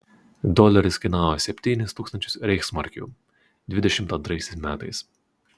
doleris kainavo septynis tūkstančius reichsmarkių dvidešimt antraisiais metais